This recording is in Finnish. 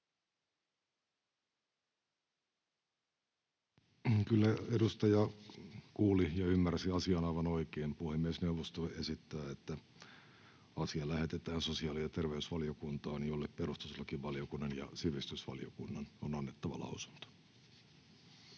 Kyllä edustaja kuuli ja ymmärsi asian aivan oikein. Puhemiesneuvosto esittää, että asia lähetetään sosiaali- ja terveysvaliokuntaan, jolle perustuslakivaliokunnan ja sivistysvaliokunnan on annettava lausunto.